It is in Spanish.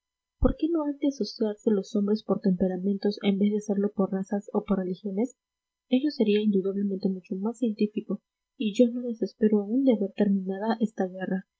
por qué no han de asociarse los hombres por temperamentos en vez de hacerlo por razas o por religiones ello sería indudablemente mucho más científico y yo no desespero aún de ver terminada esta guerra